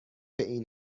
این